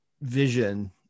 vision